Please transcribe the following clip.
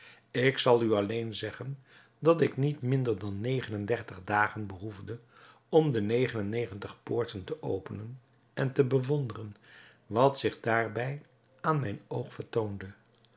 ik zal u alleen zeggen dat ik niet minder dan negen en dertig dagen behoefde om de negen en negentig poorten te openen en te bewonderen wat zich daarbij aan mijn oog vertoonde